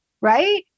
right